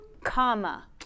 Comma